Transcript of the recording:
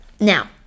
Now